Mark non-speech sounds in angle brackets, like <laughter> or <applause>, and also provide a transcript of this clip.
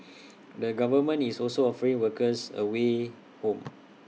<noise> the government is also offering workers A way home